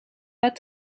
pas